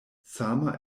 sama